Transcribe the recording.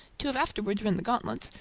to have afterwards run the gauntlet,